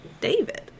David